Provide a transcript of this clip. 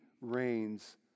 reigns